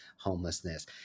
homelessness